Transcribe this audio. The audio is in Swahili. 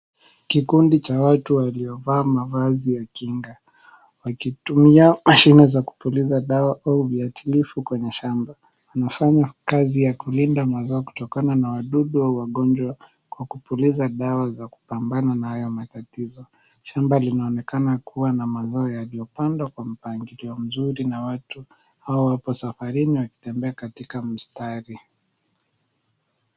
Kikundi cha watu waliovaa mavazi ya kinga, wakitumia mashine za kupuliza dawa au viakilifu kwenye shamba. Wanafanya kazi ya kulinda mazao kutokana na wadudu au wagonjwa kwa kupuliza dawa za kupambana na hayo matatizo. Shamba linaonekana kuwa na mazao yaliyopandwa kwa mpangilio mzuri na watu hao wapo safarini wakitembea katika mstari.